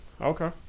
Okay